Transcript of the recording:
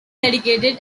educated